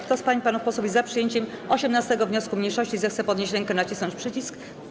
Kto z pań i panów posłów jest za przyjęciem 18. wniosku mniejszości, zechce podnieść rękę i nacisnąć przycisk.